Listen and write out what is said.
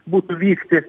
būtų vykti